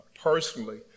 personally